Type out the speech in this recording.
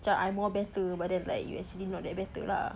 macam I more better but then actually you not that better lah